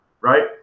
right